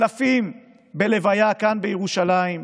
של אלפים בלוויה כאן, בירושלים,